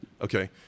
Okay